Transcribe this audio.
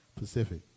Pacific